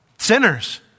Sinners